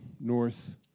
north